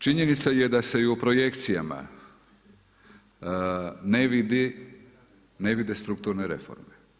Činjenica je da se i u projekcijama ne vide strukturne reforme.